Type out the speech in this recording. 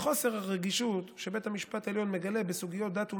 חוסר הרגישות שבית המשפט העליון מגלה בסוגיות דת ומדינה,